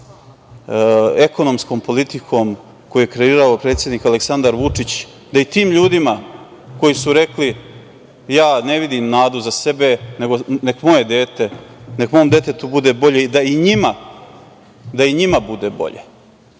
ekonomskom politikom, koju je kreirao predsednik Aleksandar Vučić, da i tim ljudima koji su rekli da ne vide nadu za sebe, nego nek moje dete, nek mom detetu bude bolje, da i njima bude bolje. Ko